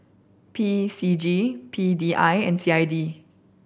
P C G P D I and C I D